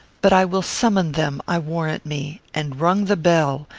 but i will summon them, i warrant me, and rung the bell,